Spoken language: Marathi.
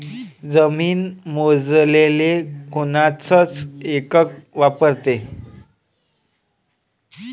जमीन मोजाले कोनचं एकक वापरते?